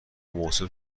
محسن